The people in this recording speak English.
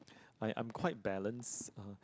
I am quite balanced uh